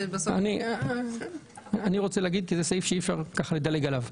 אני רוצה לומר כי זה סעיף שאי אפשר לדלג עליו.